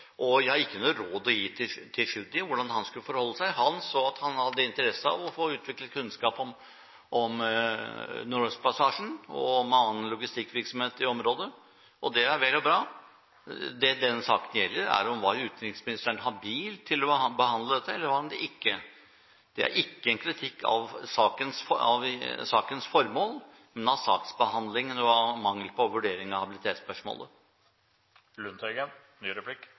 gruvevirksomheten. Jeg har ikke noe råd å gi til Tschudi om hvordan han skulle forholde seg. Han så at han hadde interesse av å få utviklet kunnskap om Nordøstpassasjen og om annen logistikkvirksomhet i området, og det er vel og bra. Det denne saken gjelder, er om utenriksministeren var habil til å behandle dette, eller om han ikke var det. Det er ikke en kritikk av sakens formål, men av saksbehandlingen og mangel på vurdering av